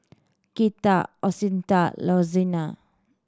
Katia Assunta Lorenz